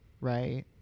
right